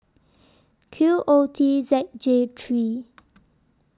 Q O T Z J three